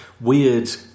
weird